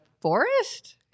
forest